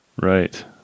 Right